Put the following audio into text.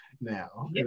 now